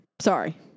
Sorry